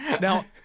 Now